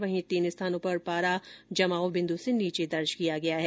वहीं तीन स्थानों पर पारा जमाव बिन्दु से नीचे दर्ज गया है